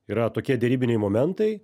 yra tokie derybiniai momentai